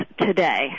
today